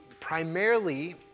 primarily